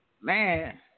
Man